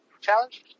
Challenge